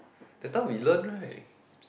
that time we learn right